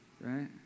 right